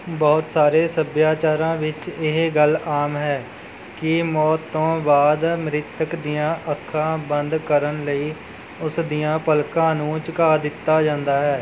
ਬਹੁਤ ਸਾਰੇ ਸੱਭਿਆਚਾਰਾਂ ਵਿੱਚ ਇਹ ਗੱਲ ਆਮ ਹੈ ਕਿ ਮੌਤ ਤੋਂ ਬਾਅਦ ਮ੍ਰਿਤਕ ਦੀਆਂ ਅੱਖਾਂ ਬੰਦ ਕਰਨ ਲਈ ਉਸ ਦੀਆਂ ਪਲਕਾਂ ਨੂੰ ਝੁਕਾ ਦਿੱਤਾ ਜਾਂਦਾ ਹੈ